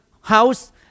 house